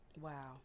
wow